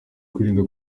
kwirindwa